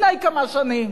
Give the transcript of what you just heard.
לפני כמה שנים,